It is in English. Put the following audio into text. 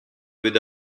with